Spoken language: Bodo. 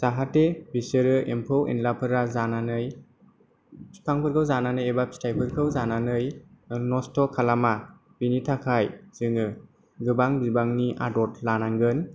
जाहाथे बिसोरो एम्फौ एनलाफोरा जानानै फिफांफोरखौ जानानै एबा फिथाइफोरखौ जानानै नस्थ' खालामा बेनि थाखाय जोङो गोबां बिबांनि आदथ लानांगोन